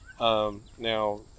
Now